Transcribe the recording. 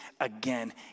again